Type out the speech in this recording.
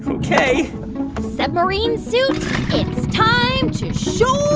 ok submarine suit, it's time to shore